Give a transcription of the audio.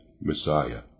Messiah